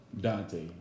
Dante